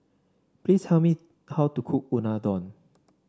please tell me how to cook Unadon